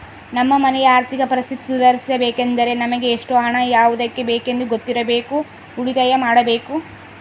ನಮ್ಮ ಮನೆಯ ಆರ್ಥಿಕ ಪರಿಸ್ಥಿತಿ ಸುಧಾರಿಸಬೇಕೆಂದರೆ ನಮಗೆ ಎಷ್ಟು ಹಣ ಯಾವುದಕ್ಕೆ ಬೇಕೆಂದು ಗೊತ್ತಿರಬೇಕು, ಉಳಿತಾಯ ಮಾಡಬೇಕು